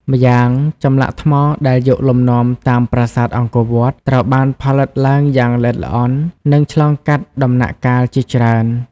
ម្យ៉ាងចម្លាក់ថ្មដែលយកលំនាំតាមប្រាសាទអង្គរវត្ត ត្រូវបានផលិតឡើងយ៉ាងល្អិតល្អន់ និងឆ្លងកាត់ដំណាក់កាលជាច្រើន។